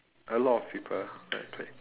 a lot of people like to play